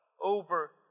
over